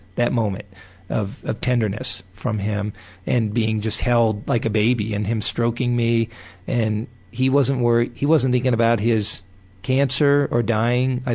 that moment of of tenderness from him and being just held like a baby and him stroking me and he wasn't worrying, he wasn't thinking about his cancer or dying, ah